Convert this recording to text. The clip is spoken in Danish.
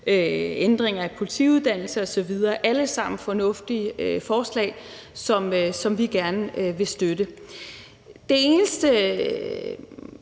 ændringer af politiuddannelsen osv. – alle sammen fornuftige forslag, som vi gerne vil støtte. Det eneste